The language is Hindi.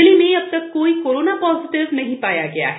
जिले में अब तक कोई कोरोना पाजीटिव नही पाया गया है